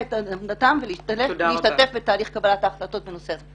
את עמדתם ולהשתתף בתהליך קבלת ההחלטות בנושא הזה.